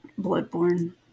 Bloodborne